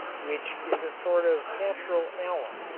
which is a sort of natural alum,